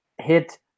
Hit